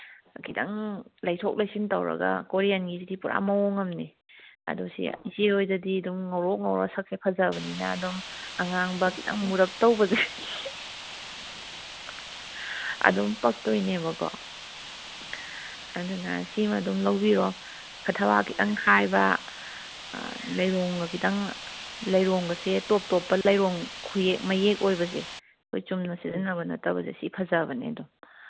ꯈꯤꯇꯪ ꯂꯩꯊꯣꯛ ꯂꯩꯁꯤꯟ ꯇꯧꯔꯒ ꯀꯣꯔꯤꯌꯟꯒꯤꯁꯤꯗꯤ ꯄꯨꯔꯥ ꯃꯑꯣꯡ ꯑꯃꯅꯤ ꯑꯗꯨ ꯁꯤ ꯏꯆꯦ ꯍꯣꯏꯗꯗꯤ ꯑꯗꯨꯝ ꯉꯧꯔꯣꯛ ꯉꯧꯔ ꯁꯛꯁꯦ ꯐꯖꯕꯅꯤꯅ ꯑꯗꯨꯝ ꯑꯉꯥꯡꯕ ꯈꯤꯇꯪ ꯃꯨꯔꯞ ꯇꯧꯕꯁꯦ ꯑꯗꯨꯝ ꯄꯛꯇꯣꯏꯅꯦꯕꯀꯣ ꯑꯗꯨꯅ ꯁꯤꯃ ꯑꯗꯨꯝ ꯂꯧꯕꯤꯔꯣ ꯊꯕꯥꯛ ꯈꯤꯇꯪ ꯈꯥꯏꯕ ꯂꯩꯔꯣꯡꯒ ꯈꯤꯇꯪ ꯂꯩꯔꯣꯡꯒꯁꯦ ꯇꯣꯞ ꯇꯣꯞꯄ ꯂꯩꯔꯣꯡ ꯈꯨꯌꯦꯛ ꯃꯌꯦꯛ ꯑꯣꯏꯕꯁꯦ ꯑꯩꯈꯣꯏ ꯆꯨꯝꯅ ꯁꯤꯖꯤꯟꯟꯕ ꯅꯠꯇꯕꯁꯦ ꯁꯤ ꯐꯖꯕꯅꯦ ꯑꯗꯨꯝ